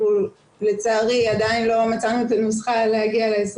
לצערי עדיין לא מצאנו את הנוסחה להגיע ל-25.